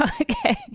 Okay